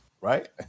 right